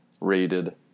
rated